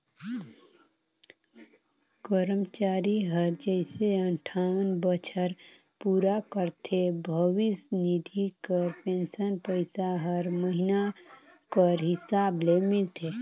करमचारी हर जइसे अंठावन बछर पूरा करथे भविस निधि कर पेंसन पइसा हर महिना कर हिसाब ले मिलथे